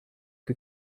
que